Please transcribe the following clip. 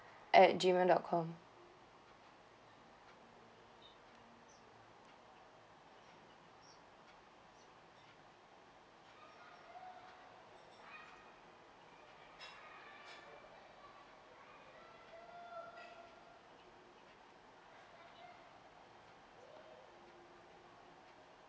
at G mail dot com